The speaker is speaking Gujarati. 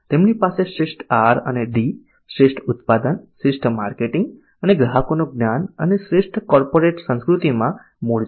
તેમની પાસે શ્રેષ્ઠ R અને D શ્રેષ્ઠ ઉત્પાદન શ્રેષ્ઠ માર્કેટિંગ અને ગ્રાહકોનું જ્ઞાન અને શ્રેષ્ઠ કોર્પોરેટ સંસ્કૃતિમાં મૂળ છે